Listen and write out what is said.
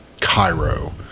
Cairo